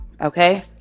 okay